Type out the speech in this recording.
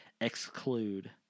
exclude